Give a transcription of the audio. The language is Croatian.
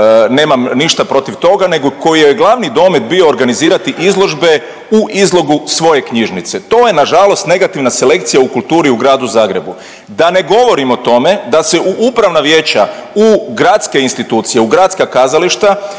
nemam ništa protiv toga nego kojoj je glavni domet bio organizirati izložbe u izlogu svoje knjižnice, to je nažalost negativna selekcija u kulturi u gradu Zagrebu, da ne govorim o tome da se u upravna vijeća u gradske institucije u gradska kazališta